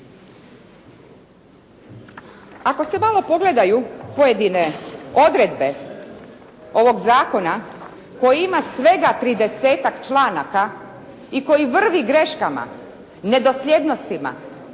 Ako se malo pogledaju pojedine odredbe ovog zakona koji ima svega tridesetak članaka i koji vrvi greškama, nedosljednostima,